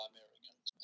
Americans